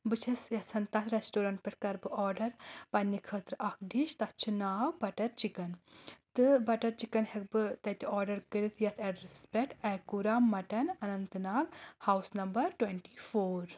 بہٕ چھَس یَژھان تَتھ ریسٹورَنٛٹ پؠٹھ کَرٕ بہٕ آرڈَر پنٛنہِ خٲطرٕ اکھ ڈِش تَتھ چھِ ناو بَٹر چِکَن تہٕ بَٹر چِکن ہیٚکہٕ بہٕ تَتہِ آرڈَر کٔرِتھ یَتھ ایڈرَسَس پؠٹھ Akura Mattan Anantnag house number twenty four